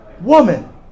woman